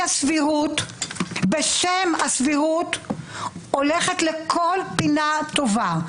הסבירות בשם הסבירות הולכת לכל פינה טובה.